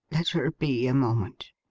let her be, a moment.